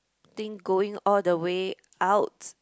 think going all the way out